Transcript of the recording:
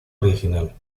original